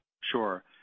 Sure